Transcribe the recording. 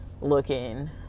looking